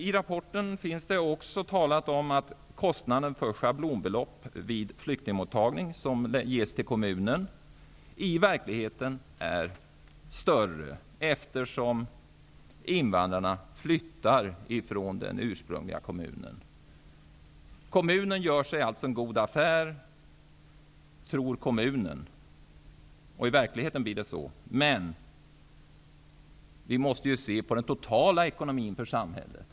I rapporten talas det också om att kostnaderna för schablonbelopp som ges till kommunen vid flyktingmottagning i verkligheten är större, eftersom invandrarna flyttar från den ursprungliga kommunen. Kommunen gör sig alltså en god affär, tror kommunen -- och i verkligheten blir det så. Men vi måste ju se på den totala ekonomin för samhället.